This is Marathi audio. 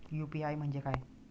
यू.पी.आय म्हणजे काय?